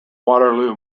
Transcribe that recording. waterloo